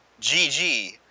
gg